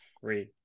free